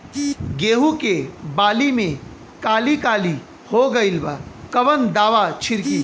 गेहूं के बाली में काली काली हो गइल बा कवन दावा छिड़कि?